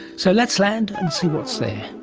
so let's land and see what's there.